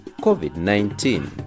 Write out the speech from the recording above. COVID-19